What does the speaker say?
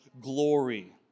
glory